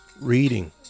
reading